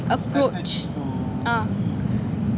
approach